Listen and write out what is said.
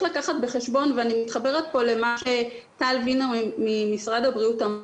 ואני מתחברת למה שטל וינר ממשרד הבריאות אמרה,